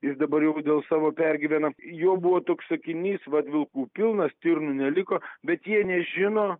jis dabar jau dėl savo pergyvena jo buvo toks sakinys vat vilkų pilna stirnų neliko bet jie nežino